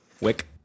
wick